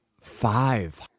Five